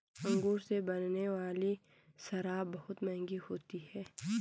अंगूर से बनने वाली शराब बहुत मँहगी होती है